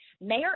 Mayor